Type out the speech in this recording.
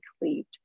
cleaved